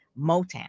Motown